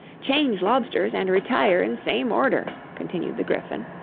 change lobsters, and retire in same order continued the gryphon.